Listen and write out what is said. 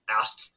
Ask